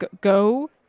go